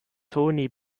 tony